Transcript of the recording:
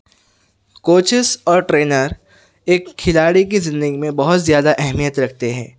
coaches اور trainer ایک کھلاڑی کی زندگی میں بہت زیادہ اہمیت رکھتے ہیں